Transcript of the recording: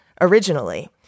originally